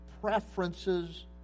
preferences